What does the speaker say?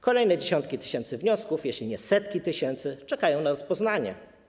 Kolejne dziesiątki tysięcy wniosków, jeśli nie setki tysięcy, czekają na rozpoznanie.